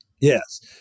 Yes